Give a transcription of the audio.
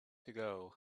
ago